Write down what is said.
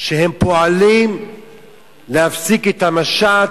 שהם פועלים להפסיק את המשט